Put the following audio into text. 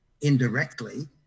indirectly